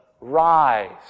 rise